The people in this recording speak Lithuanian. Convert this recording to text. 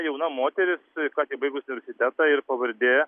jauna moteris ką tik baigusi universitetą ir pavardė